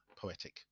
Poetic